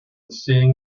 seeing